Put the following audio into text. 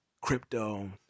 crypto